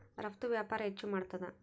ರಫ್ತು ವ್ಯಾಪಾರ ಹೆಚ್ಚು ಮಾಡ್ತಾದ